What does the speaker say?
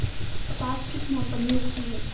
कपास किस मौसम में उगती है?